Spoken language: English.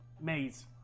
Maze